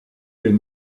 les